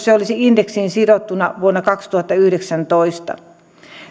se olisi indeksiin sidottuna vuonna kaksituhattayhdeksäntoista